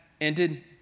ended